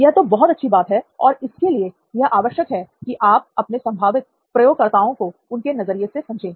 यह तो बहुत अच्छी बात है और इसके लिए यह आवश्यक है की आप अपने संभावित प्रयोगकर्ताओं को उनके नज़रिये से समझें